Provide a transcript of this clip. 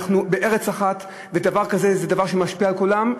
אנחנו בארץ אחת, ודבר כזה זה דבר שמשפיע על כולם.